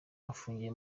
afungiye